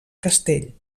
castell